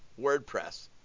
wordpress